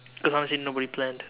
cause honestly nobody planned